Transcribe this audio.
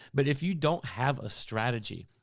but if you don't have a strategy,